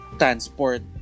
transport